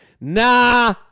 nah